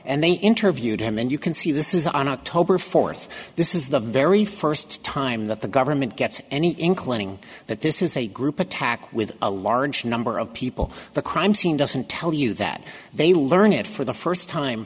and they interviewed him then you can see this is on october fourth this is the very first time that the government gets any inkling that this is a group attack with a large number of people the crime scene doesn't tell you that they learned for the first time